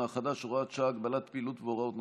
החדש (הוראת שעה) (הגבלת פעילות והוראות נוספות)